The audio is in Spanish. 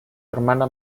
hermana